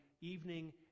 evening